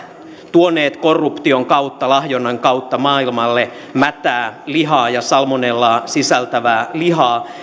tuoneet korruption kautta lahjonnan kautta maailmalle mätää lihaa ja salmonellaa sisältävää lihaa